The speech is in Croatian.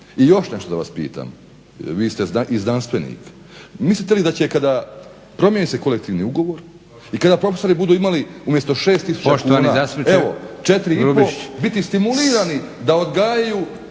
I još nešto da vas pitam, vi ste i znanstvenik, mislite li da će kada promjeni se kolektivni ugovor i kada profesori budu imali umjesto 6 tisuća kuna evo 4,5 biti stimulirani da odgajaju